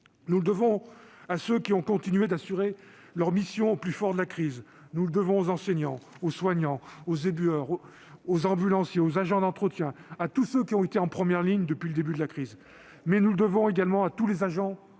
Nous le devons à ceux qui ont continué d'assurer leurs missions au plus fort de la crise. Nous le devons aux enseignants, aux soignants, aux éboueurs, aux ambulanciers, aux agents d'entretien, à tous ceux qui ont été en première ligne depuis le début de la crise. Mais nous le devons également à tous les agents